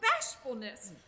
bashfulness